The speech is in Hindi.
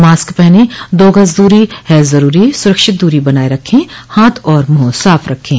मास्क पहनें दो गज़ दूरी है ज़रूरी सुरक्षित दूरी बनाए रखें हाथ और मुंह साफ़ रखें